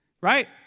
Right